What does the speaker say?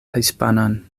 hispanan